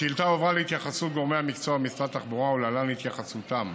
השאילתה הועברה להתייחסות גורמי המקצוע במשרד התחבורה ולהלן התייחסותם.